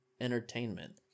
entertainment